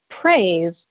praise